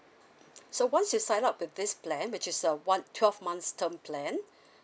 so once you sign up with this plan which is uh one twelve months term plan